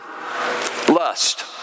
Lust